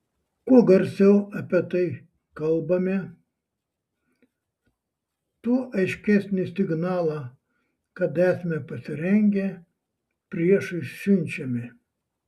kuo garsiau apie tai kalbame tuo aiškesnį signalą kad esame pasirengę priešui siunčiame